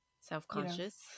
self-conscious